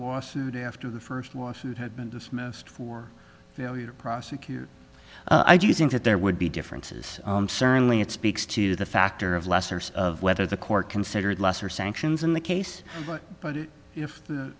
lawsuit after the first lawsuit had been dismissed for failure to prosecute i do think that there would be differences certainly it speaks to the factor of lessers of whether the court considered lesser sanctions in the case but if the